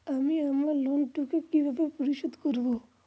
আমি আমার লোন টুকু কিভাবে পরিশোধ করব?